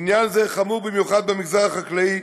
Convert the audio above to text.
עניין זה חמור במיוחד במגזר החקלאי,